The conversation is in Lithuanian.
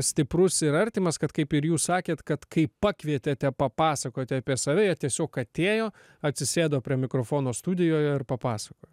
stiprus ir artimas kad kaip ir jūs sakėt kad kai pakvietėte papasakoti apie save jie tiesiog atėjo atsisėdo prie mikrofono studijoje ir papasakojo